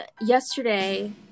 yesterday